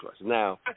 Now